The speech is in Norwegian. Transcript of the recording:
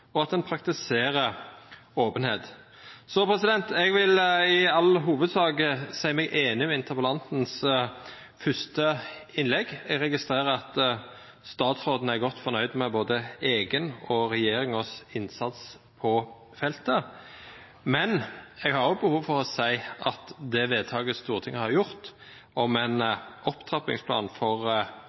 og at en praktiserer åpenhet. Jeg vil i all hovedsak si meg enig i interpellantens første innlegg. Jeg registrerer at statsråden er godt fornøyd med både egen og regjeringens innsats på feltet. Men jeg har også behov for å si at den opptrappingsplanen for bestands- og ressursforskningen som Stortinget har gjort vedtak om,